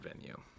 venue